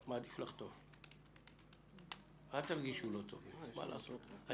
אני מעדיף לחטוף לא לעשות כלום.